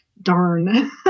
darn